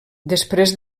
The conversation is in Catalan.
després